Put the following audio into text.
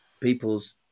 people's